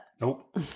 Nope